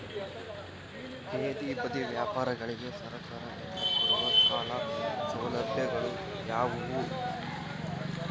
ಬೇದಿ ಬದಿ ವ್ಯಾಪಾರಗಳಿಗೆ ಸರಕಾರದಿಂದ ಬರುವ ಸಾಲ ಸೌಲಭ್ಯಗಳು ಯಾವುವು?